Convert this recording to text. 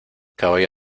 caballo